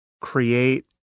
create